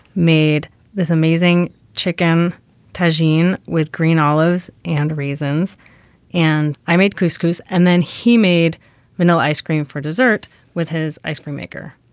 made this amazing chicken tagine with green olives and reasons and i made couscous. and then he made vanilla ice cream for dessert with his ice cream maker.